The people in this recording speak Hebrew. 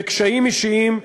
בקשיים אישיים,